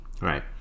Right